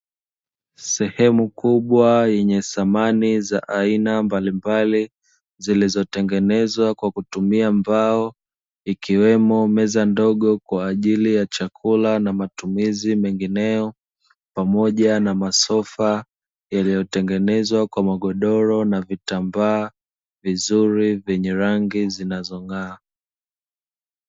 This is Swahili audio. Sehemu kubwa yenye samani za aina mbalimbali zilizotengenezwa kwa kutumia mbao, ikiwemo meza ndogo kwa ajili ya chakula na matumizi mengineyo pamoja na masofa yaliyotengenezwa kwa magodoro na vitambaa vizuri vyenye rangi zinazong'aa.